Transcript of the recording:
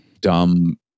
dumb